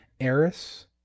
Eris